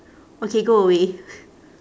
okay go away